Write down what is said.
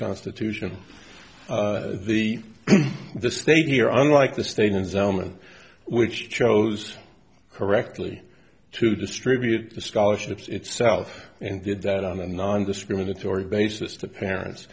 constitutional the the state here are unlike the state in selma which chose correctly to distribute the scholarships itself and did that on a nondiscriminatory basis to parents